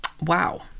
wow